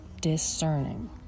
discerning